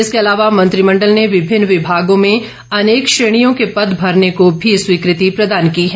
इसके अलावा मंत्रिमंडल ने विभिन्न विभागों में अनेक श्रेणियों के पद भरने को भी स्वीकृति प्रदान की है